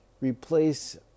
replace